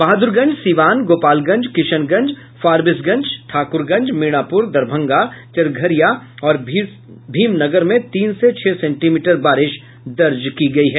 बहादुरगंज सीवान गोपालगंज किशनगंज फारबिगसंज ठाकुरगंज मीणापुर दरभंगा चरघरिया और भीम नगर में तीन से छह सेंटीमीटर बारिश दर्ज की गयी है